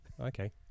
Okay